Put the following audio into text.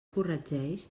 corregeix